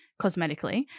cosmetically